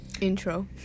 Intro